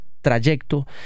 trayecto